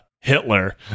Hitler